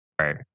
Right